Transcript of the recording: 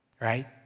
right